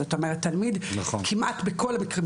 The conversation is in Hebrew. זאת אומרת כמעט בכל המקרים,